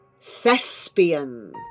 Thespian